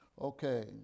Okay